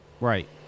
Right